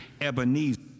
Ebenezer